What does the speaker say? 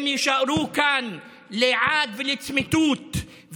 הם יישארו כאן לעד ולצמיתות,